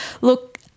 Look